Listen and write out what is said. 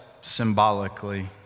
symbolically